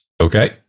Okay